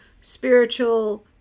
spiritual –